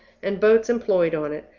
and boats employed on it,